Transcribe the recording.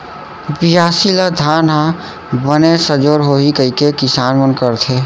बियासी ल धान ह बने सजोर होही कइके किसान मन करथे